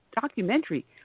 documentary